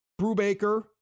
Brubaker